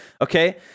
okay